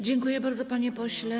Dziękuję bardzo, panie pośle.